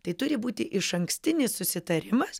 tai turi būti išankstinis susitarimas